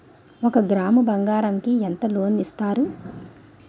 ఒక గ్రాము బంగారం కి ఎంత లోన్ ఇస్తారు?